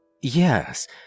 Yes